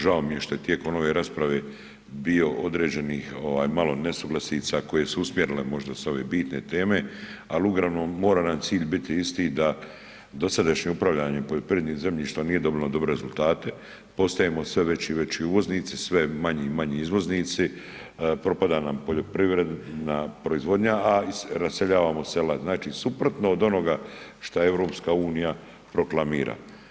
Žao mi je što je tijekom ove rasprave bilo određenih malo nesuglasica koje su usmjerile možda s ove bitne teme, ali uglavnom moram nam cilj biti isti da dosadašnje upravljanje poljoprivrednim zemljištem nije ... dobre rezultate, postajemo sve veći i veći uvoznici, sve manje i manje izvoznici, propada nam poljoprivredna proizvodnja, a raseljavamo sela, znači suprotno od onoga šta Europska unija proklamira.